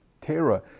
terror